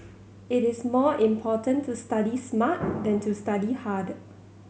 it is more important to study smart than to study hard